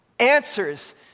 answers